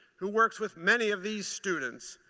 who works with many of these students,